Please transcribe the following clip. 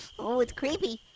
oh, it's creepy.